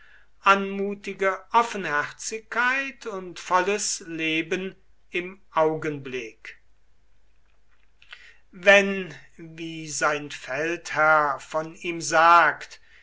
anmutige offenherzigkeit und volles leben im augenblick wenn wie sein feldherr von ihm sagt